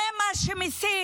זה מה שמסית.